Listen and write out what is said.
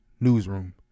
newsroom